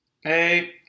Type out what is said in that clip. Hey